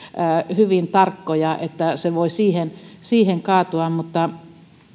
hyvin tarkkoja joten se voi siihen siihen kaatua mutta